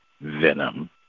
Venom